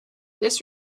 this